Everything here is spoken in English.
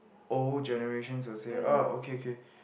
old generations will say uh okay okay